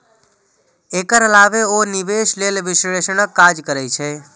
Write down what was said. एकर अलावे ओ निवेश लेल विश्लेषणक काज करै छै